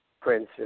Prince